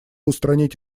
устранить